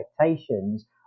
expectations